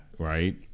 right